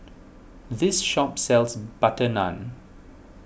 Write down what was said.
this shop sells Butter Naan